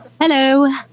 Hello